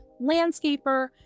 landscaper